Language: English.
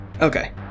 Okay